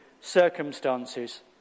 circumstances